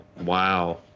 Wow